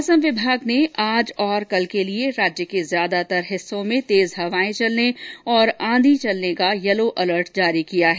मौसम विभाग ने आज और कल के लिए राज्य के ज्यादातर हिस्सों में तेज हवाए तथा आंधी का यलो अलर्ट जारी किया है